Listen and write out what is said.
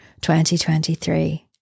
2023